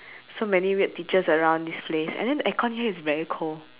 so many weird teachers around this place and then the aircon here is very cold